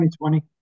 2020